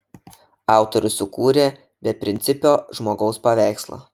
autorius sukūrė beprincipio žmogaus paveikslą